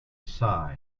sci